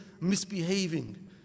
misbehaving